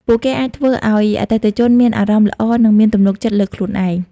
ពួកគេអាចធ្វើឱ្យអតិថិជនមានអារម្មណ៍ល្អនិងមានទំនុកចិត្តលើខ្លួនឯង។